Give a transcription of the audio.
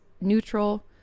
neutral